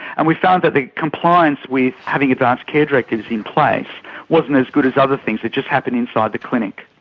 and we found that the compliance with having advanced care directives in place wasn't as good as other things that just happen inside the clinic.